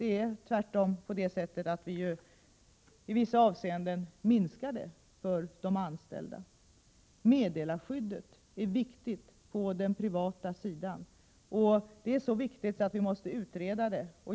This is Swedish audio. Tvärtom är det så att vi i vissa avseenden minskar det för de anställda. Meddelarskyddet är viktigt på den privata sidan, så viktigt att vi måste utreda det.